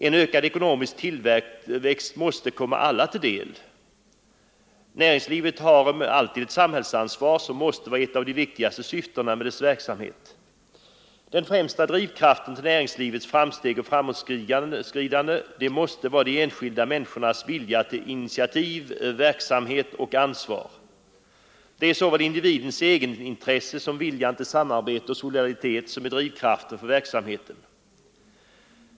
En ökad ekonomisk tillväxt måste komma alla till del. Näringslivet har alltid ett samhällsansvar, som måste vara ett av de viktigaste syftena med dess verksamhet. Den främsta drivkraften till näringslivets framsteg och framåtskridande måste vara de enskilda människornas vilja till initiativ, verksamhet och ansvar. Det är såväl individens eget intresse som viljan till samarbete och solidaritet som är drivkraften för verksamheten.